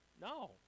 No